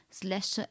slash